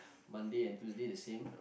Monday and Tuesday the same